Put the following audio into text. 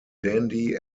dandy